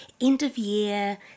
end-of-year